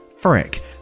Frick